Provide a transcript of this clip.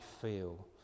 feel